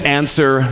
answer